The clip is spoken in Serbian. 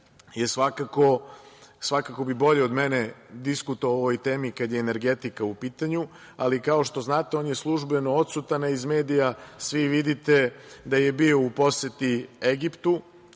Srbije, svakako bi bolje od mene diskutovao o ovoj temi kada je energetika u pitanju, ali kao što znate, on je službeno odsutan, a iz medija svi vidite da je bio u poseti Egiptu